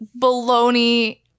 baloney